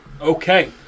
Okay